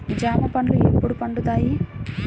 జామ పండ్లు ఎప్పుడు పండుతాయి?